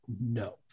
no